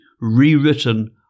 rewritten